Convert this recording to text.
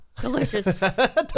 Delicious